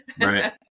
Right